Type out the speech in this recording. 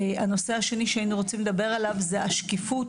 הנושא השני שהיינו רוצים לדבר עליו זה השקיפות